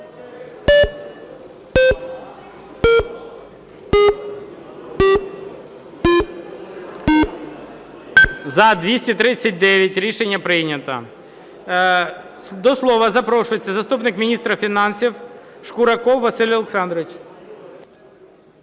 За-239 Рішення прийнято. До слова запрошується заступник міністра фінансів Шкураков Василь Олександрович.